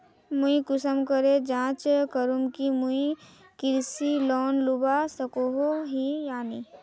मुई कुंसम करे जाँच करूम की मुई कृषि लोन लुबा सकोहो ही या नी?